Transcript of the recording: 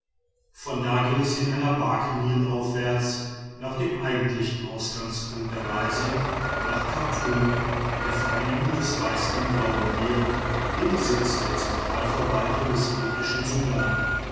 von da ging es in einer barke nilaufwärts nach dem eigentlichen ausgangspunkt der reise nach chartum an der vereinigung des weißen und blauen nil dem sitz der zentralverwaltung des ägyptischen sudan